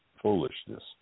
foolishness